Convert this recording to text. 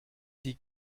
die